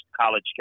college